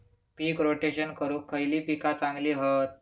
पीक rotation करूक खयली पीका चांगली हत?